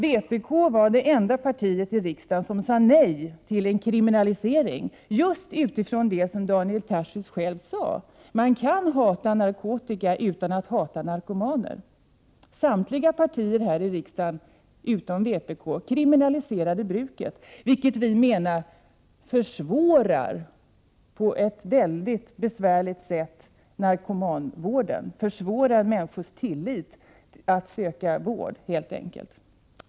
Vpk var det enda parti i riksdagen som sade nej till en kriminalisering, just med hänsyn till det som Daniel Tarschys själv sade: Man kan hata narkotika utan att hata narkomaner. Samtliga partier här i riksdagen utom vpk kriminaliserade alltså bruket. Vi menar att en sådan kriminalisering i hög grad försvårar narkotikavården -- försvårar människors tillit när det gäller att söka vård.